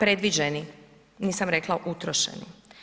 Predviđeni, nisam rekla utrošeni.